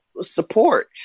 support